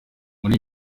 muri